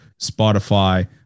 Spotify